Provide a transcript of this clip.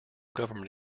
government